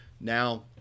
Now